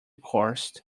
course